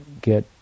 get